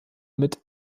mit